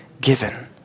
given